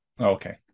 Okay